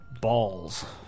balls